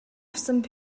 авсан